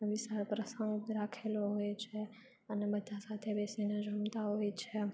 પ્રસંગ રાખેલો હોય છે અને બધા સાથે બેસીને જમતા હોય છે